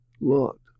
lot